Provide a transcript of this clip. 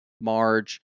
Marge